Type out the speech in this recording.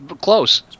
Close